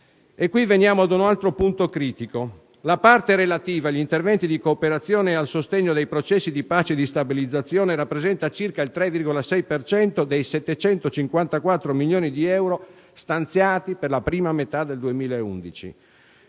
E qui veniamo ad un altro punto critico. La parte relativa agli interventi di cooperazione e al sostegno dei processi di pace e di stabilizzazione rappresenta circa il 3,6 per cento dei 754 milioni di euro stanziati per la prima metà del 2011.